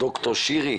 נמצאת איתנו ד"ר שירי?